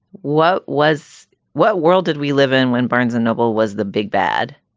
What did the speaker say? what was what world did we live in when barnes and noble was the big bad?